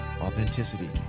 authenticity